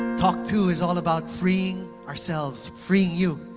talk two is all about freeing ourselves freeing you.